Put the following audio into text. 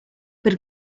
per